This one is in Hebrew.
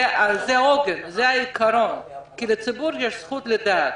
זה העוגן, זה העיקרון, כי לציבור יש זכות לדעת.